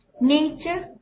Nature